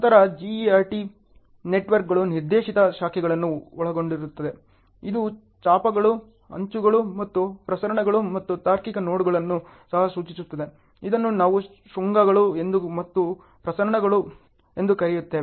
ನಂತರ GERT ನೆಟ್ವರ್ಕ್ಗಳು ನಿರ್ದೇಶಿತ ಶಾಖೆಗಳನ್ನು ಒಳಗೊಂಡಿರುತ್ತವೆ ಇದು ಚಾಪಗಳು ಅಂಚುಗಳು ಮತ್ತು ಪ್ರಸರಣಗಳು ಮತ್ತು ತಾರ್ಕಿಕ ನೋಡ್ಗಳನ್ನು ಸಹ ಸೂಚಿಸುತ್ತದೆ ಇದನ್ನು ನಾವು ಶೃಂಗಗಳು ಎಂದು ಕರೆಯುತ್ತೇವೆ